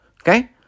Okay